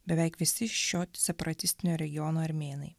beveik visi šio separatistinio regiono armėnai